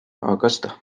augusta